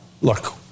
Look